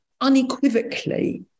unequivocally